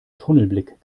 tunnelblick